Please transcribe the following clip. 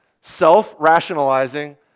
self-rationalizing